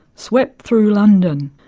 swept through london.